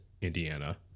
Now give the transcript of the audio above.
Indiana